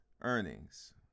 earnings